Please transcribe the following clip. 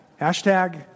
hashtag